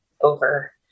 over